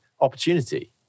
opportunity